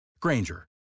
Granger